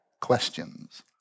questions